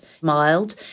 mild